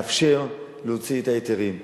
לאפשר להוציא את ההיתרים.